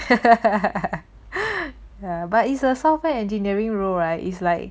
ya but it's a software engineering role right is like